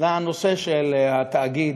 לנושא התאגיד,